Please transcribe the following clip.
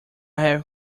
have